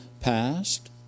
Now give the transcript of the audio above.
past